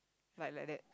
like like that